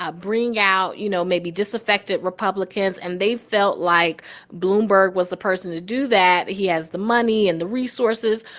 ah bring out, you know, maybe disaffected republicans, and they felt like bloomberg was the person to do that. he has the money and the resources.